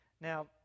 Now